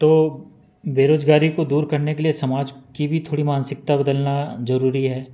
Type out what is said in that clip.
तो बेरोजगारी को दूर करने के लिए समाज की भी थोड़ी मानसिकता बदलना जरूरी है